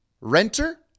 renter